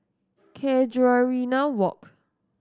Casuarina Walk